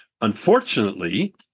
Unfortunately